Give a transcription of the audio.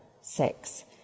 Six